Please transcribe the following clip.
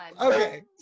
Okay